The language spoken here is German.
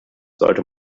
sollte